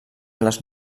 les